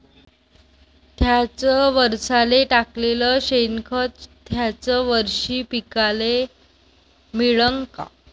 थ्याच वरसाले टाकलेलं शेनखत थ्याच वरशी पिकाले मिळन का?